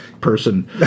person